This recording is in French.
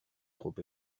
trop